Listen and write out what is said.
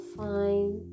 fine